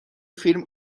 فیلم